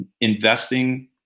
investing